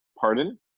pardon